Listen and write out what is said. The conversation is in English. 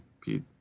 Pete